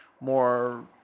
more